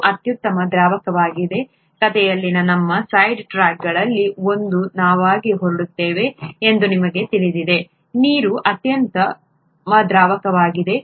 ನೀರು ಅತ್ಯುತ್ತಮ ದ್ರಾವಕವಾಗಿದೆ ಕಥೆಯಲ್ಲಿನ ನಮ್ಮ ಸೈಡ್ ಟ್ರ್ಯಾಕ್ಗಳಲ್ಲಿ ಒಂದನ್ನು ನಾವು ಗೆ ಹೊರಡುತ್ತೇವೆ ಎಂದು ನಿಮಗೆ ತಿಳಿದಿದೆ ನೀರು ಅತ್ಯುತ್ತಮ ದ್ರಾವಕವಾಗಿದೆ